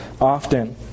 often